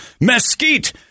mesquite